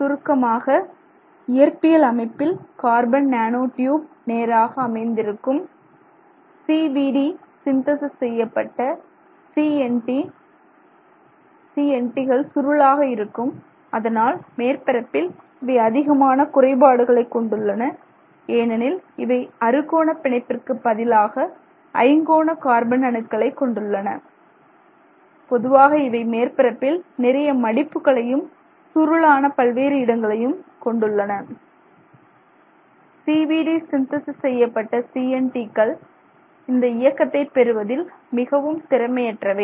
சுருக்கமாக இயற்பியல் அமைப்பில் கார்பன் நேனோ டியூப் நேராக அமைந்திருக்கும் CVD சிந்தேசிஸ் செய்யப்பட்ட CNT சுருளாக இருக்கும் அதனால் மேற்பரப்பில் இவை அதிகமான குறைபாடுகளை கொண்டுள்ளன ஏனெனில் இவை அறுகோண பிணைப்பிற்கு பதிலாக ஐங்கோண கார்பன் அணுக்களை கொண்டுள்ளன பொதுவாக இவை மேற்பரப்பில் நிறைய மடிப்புகளையும் சுருளான பல்வேறு இடங்களையும் கொண்டுள்ளன CVD சிந்தேசிஸ் செய்யப்பட்ட CNT கள் இந்த இயக்கத்தை பெறுவதில் மிகவும் திறமை அற்றவை